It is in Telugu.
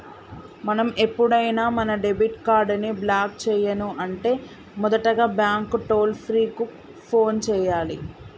మనం ఎప్పుడైనా మన డెబిట్ కార్డ్ ని బ్లాక్ చేయను అంటే మొదటగా బ్యాంకు టోల్ ఫ్రీ కు ఫోన్ చేయాలి